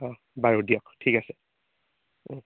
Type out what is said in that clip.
অঁ বাৰু দিয়ক ঠিক আছে